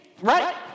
Right